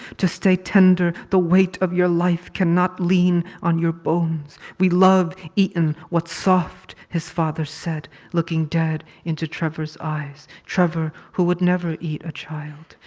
to stay tender, the weight of your life cannot lean on your bones. we love eatin what's soft his father said, looking dead into trevor's eyes. trevor who would never eat a child.